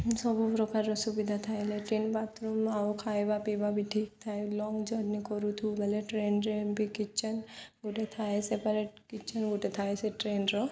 ସବୁ ପ୍ରକାରର ସୁବିଧା ଥାଏ ଲାଟିନ୍ ବାଥରୁମ୍ ଆଉ ଖାଇବା ପିଇବା ବି ଠିକ୍ ଥାଏ ଲଙ୍ଗ ଜର୍ନି କରୁଥୁ ବଲେ ଟ୍ରେନ୍ରେ ବି କିଚେନ୍ ଗୋଟେ ଥାଏ ସେପାରେଟ୍ କିଚେନ୍ ଗୋଟେ ଥାଏ ସେ ଟ୍ରେନ୍ର